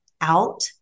out